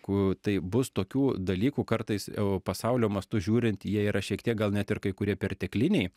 ku tai bus tokių dalykų kartais pasaulio mastu žiūrint jie yra šiek tiek gal net ir kai kurie pertekliniai